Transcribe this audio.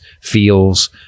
feels